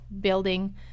building